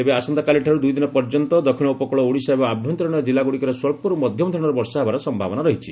ତେବେ ଆସ ଦୁଇଦିନ ପର୍ଯ୍ୟନ୍ତ ଦକ୍ଷିଣ ଉପକକଳ ଓଡ଼ିଶା ଏବଂ ଆଭ୍ୟନ୍ତରୀଶ ଜିଲ୍ଲାଗୁଡ଼ିକରେ ସ୍ୱଞରୁ ମଧ୍ଧମଧରଣର ବର୍ଷା ହେବାର ସୟାବନା ରହିଛି